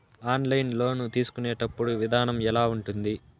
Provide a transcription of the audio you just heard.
online loan తీసుకునేటప్పుడు విధానం ఎలా ఉంటుంది